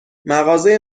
مغازه